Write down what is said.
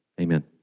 amen